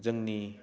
जोंनि